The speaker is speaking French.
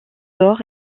d’or